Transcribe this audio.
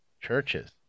Churches